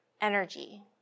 energy